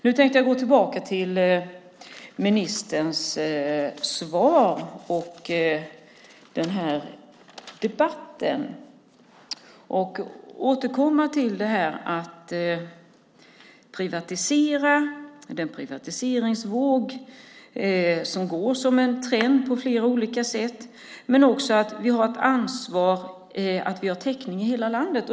Nu tänker jag gå tillbaka till ministerns svar och den här debatten och återkomma till den privatiseringsvåg som är en trend på flera olika sätt, men också till att vi har ett ansvar för att det finns täckning i hela landet.